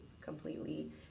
completely